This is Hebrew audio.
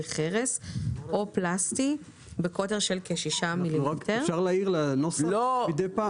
חרס או פלסטי בקוטר של כ-6 מ''מ," אפשר להעיר לנוסח מדי פעם?